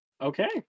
Okay